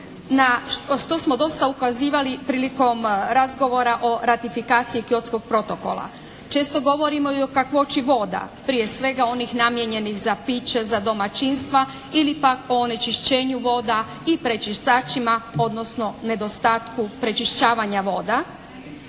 što smo dosta ukazivali prilikom razgovora o ratifikaciji Kyotskog protokola. Često govorimo i o kakvoći voda, prije svega onih namijenjenih za piće, za domaćinstva ili pak o onečišćenju voda i prečiščaćima odnosno nedostatku prečišćavanja voda.